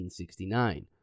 1969